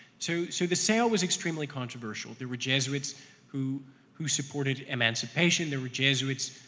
so so the sale was extremely controversial. there were jesuits who who supported emancipation, there were jesuits,